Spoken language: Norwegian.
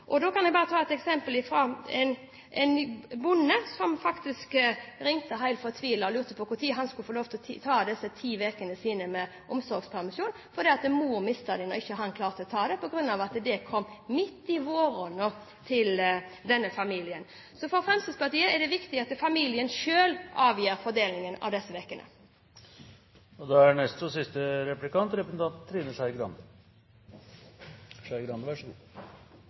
Jeg kan ta et eksempel fra en bonde som ringte helt fortvilet og lurte på når han skulle få lov til å ta disse ti ukene sine med omsorgspermisjon, for mor mistet dem når han ikke klarte å ta dem på grunn av at det kom midt i våronna til denne familien. Så for Fremskrittspartiet er det viktig at familien selv avgjør fordelingen av disse ukene. Det å høre Fremskrittspartiet snakke om likestilling er av og